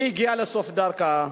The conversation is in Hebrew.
הגיעה לסוף דרכה.